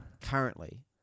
Currently